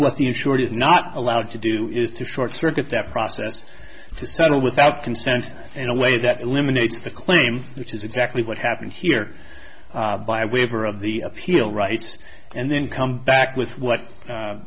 the insured is not allowed to do is to short circuit that process to settle without consent in a way that eliminates the claim which is exactly what happened here by waiver of the appeal rights and then come back with what